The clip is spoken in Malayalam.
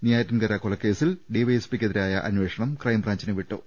നെയ്യാറ്റിൻകര കൊലക്കേസിൽ ഡിവൈഎസ്പിക്കെതിരായ അന്വേഷണം ക്രൈംബ്രാഞ്ചിന് വിട്ടു